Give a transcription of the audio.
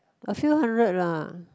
a few hundred lah